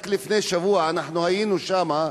רק לפני שבוע אנחנו היינו שמה,